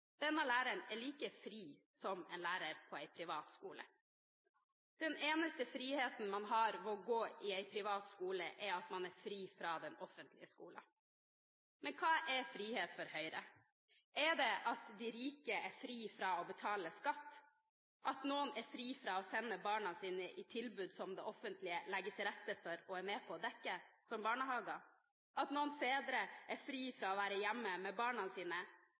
Denne læreren er like fri som en lærer på en privat skole. Den eneste friheten man har ved å gå på en privat skole, er at man er fri fra den offentlige skolen. Hva er frihet for Høyre? Er det at de rike er fri fra å betale skatt, at noen er fri fra å sende barna sine til tilbud som det offentlige legger til rette for og er med på å dekke, som barnehager, at noen fedre er fri fra å være hjemme med barna sine,